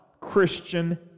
Christian